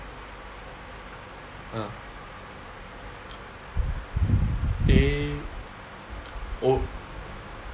uh eh oh